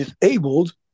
disabled